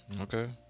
Okay